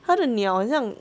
他的鸟很像